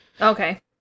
Okay